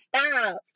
stop